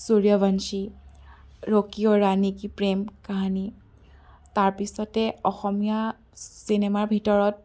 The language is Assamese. সূৰীয়ৱংছী ৰকী অৰ ৰাণী কি প্ৰেম কাহানী তাৰ পিছতে অসমীয়া চিনেমাৰ ভিতৰত